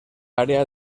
área